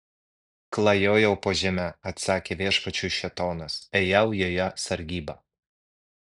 klajojau po žemę atsakė viešpačiui šėtonas ėjau joje sargybą